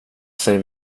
sig